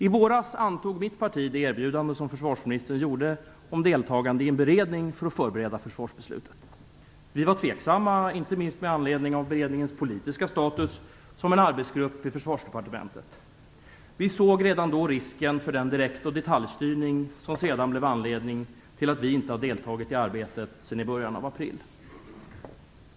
I våras antog mitt parti det erbjudande som försvarsministern gjorde om deltagande i en beredning för att förbereda försvarsbeslutet. Vi var tveksamma, inte minst med anledning av beredningens politiska status som en arbetsgrupp i Försvarsdepartementet. Vi såg redan då risken för den direkt och detaljstyrning som sedan blev anledning till att vi inte har deltagit i arbetet sedan i början av april.